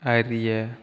அறிய